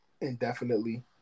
indefinitely